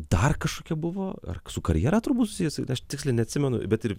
dar kažkokie buvo ar su karjera turbūt susijęs tiksliai neatsimenu bet ir